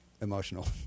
emotional